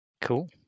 Cool